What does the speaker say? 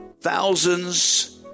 thousands